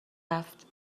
رفت